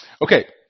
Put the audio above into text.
Okay